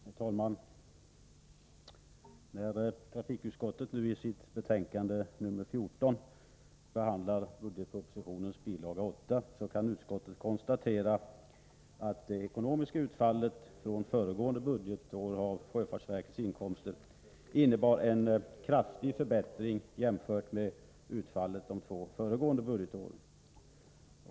Herr talman! När trafikutskottet nu i sitt betänkande nr 14 behandlar budgetpropositionens bil. 8 kan utskottet konstatera att det ekonomiska utfallet från föregående budgetår av sjöfartsverkets inkomster innebär en kraftig förbättring jämfört med utfallet de två föregående budgetåren.